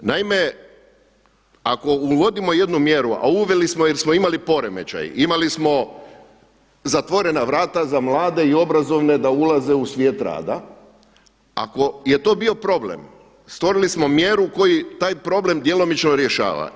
Naime, ako uvodimo jednu mjeru, a uveli smo jer smo imali poremećaj, imali smo zatvorena vrata za mlade i obrazovne da ulaze u svijet rada, ako je to bio problem stvorili smo mjeru koji taj problem djelomično rješava.